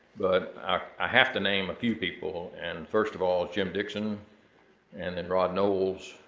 but i have to name a few people. and first of all, jim dickson and and rob knowles,